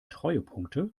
treuepunkte